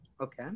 Okay